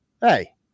hey